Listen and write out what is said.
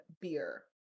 beer